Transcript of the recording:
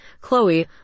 Chloe